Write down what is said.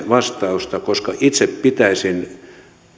vastausta itse pitäisin